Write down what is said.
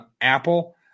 Apple